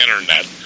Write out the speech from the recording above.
internet